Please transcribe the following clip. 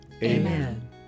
Amen